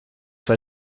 sei